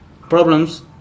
problems